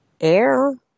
Air